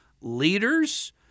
leaders